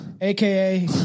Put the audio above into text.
aka